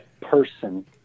person